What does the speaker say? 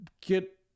get